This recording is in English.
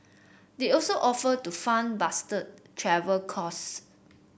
they also offered to fund Bastard travel costs